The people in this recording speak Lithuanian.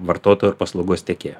vartotojo ir paslaugos tiekėjo